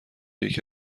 یکی